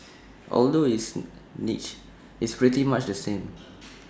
although it's niche it's pretty much the same